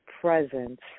presence